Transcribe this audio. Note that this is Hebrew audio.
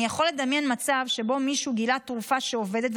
אני יכול לדמיין מצב שבו מישהו גילה תרופה שעובדת,